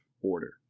order